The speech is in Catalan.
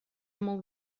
molt